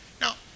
Now